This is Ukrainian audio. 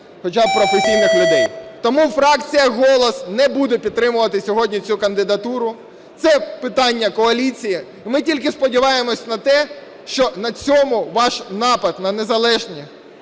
хоча б професійних людей. Тому фракція "Голос" не буде підтримувати сьогодні цю кандидатуру. Це питання коаліції. Ми тільки сподіваємося на те, що на цьому ваш напад на незалежні